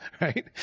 right